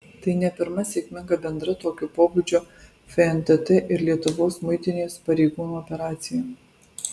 tai ne pirma sėkminga bendra tokio pobūdžio fntt ir lietuvos muitinės pareigūnų operacija